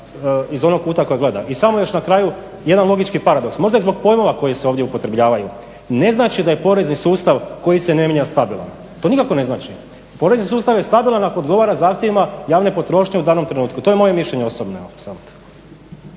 iz onoga kuga koji gleda. I samo još na kraju jedan logički paradoks možda i zbog pojmova koji se ovdje upotrebljavaju, ne znači da je porezni sustav koji se ne mijenja stabilan, to nikako ne znači. Porezni sustav je stabilan ako odgovara zahtjevima javne potrošnje u danom trenutku, to je moje mišljenje osobno.